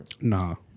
No